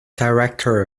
director